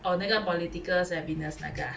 oh 那个那个 ah